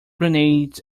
grenades